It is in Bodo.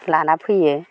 लाना फैयो